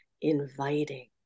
inviting